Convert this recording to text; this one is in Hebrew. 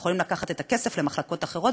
הם יכולים לקחת את הכסף למחלקות אחרות,